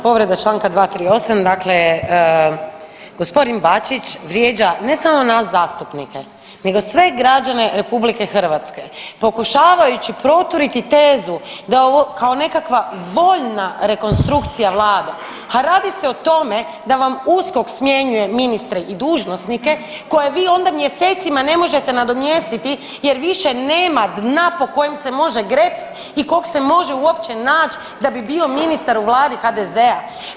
Povreda čl. 238. dakle g. Bačić vrijeđa ne samo nas zastupnike nego sve građane RH pokušavajući proturiti tezu da kao nekakva voljna rekonstrukcija vlade, a radi se o tome da vam USKOK smjenjuje ministre i dužnosnike koje vi onda mjesecima ne možete nadomjestiti jer više nema dna po kojem se može grepst i kog se može uopće nać da bi bio ministar u vladi HDZ-a.